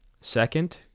Second